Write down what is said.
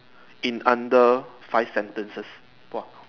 in under five sentences !wah!